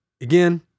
again